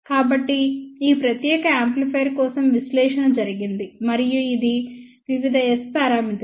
కాబట్టి ఈ ప్రత్యేక యాంప్లిఫైయర్ కోసం విశ్లేషణ జరిగింది మరియు ఇవి వివిధ S పారామితులు